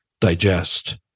digest